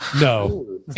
No